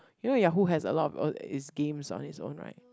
you know Yahoo has a lot of uh it's games on it's own right